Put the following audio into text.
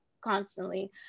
constantly